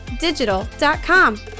digital.com